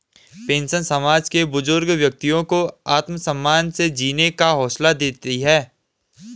pension समाज के बुजुर्ग व्यक्तियों को आत्मसम्मान से जीने का हौसला देती है